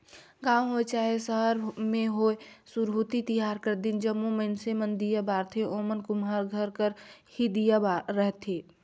गाँव होए चहे सहर में होए सुरहुती तिहार कर दिन जम्मो मइनसे मन दीया बारथें ओमन कुम्हार घर कर ही दीया रहथें